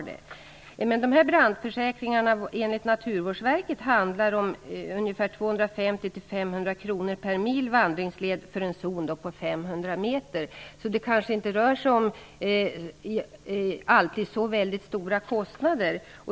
Kostnaden för dessa brandförsäkringar kan enligt Naturvårdsverket, uppgå till ungefär 250--500 kr per mil vandringsled för en zon på 500 meter. Det rör sig alltså kanske inte alltid om så väldigt stora kostnader.